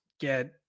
get